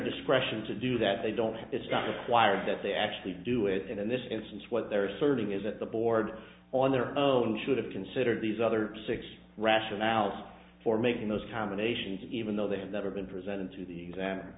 discretion to do that they don't it's got the wires that they actually do it and in this instance what they're asserting is that the board on their own should have considered these other six rationales for making those combinations even though they had never been presented to the